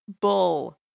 Bull